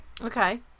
okay